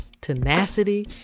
tenacity